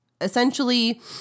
essentially